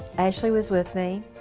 ashley was with me